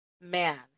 man